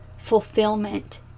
fulfillment